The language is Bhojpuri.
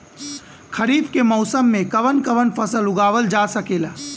खरीफ के मौसम मे कवन कवन फसल उगावल जा सकेला?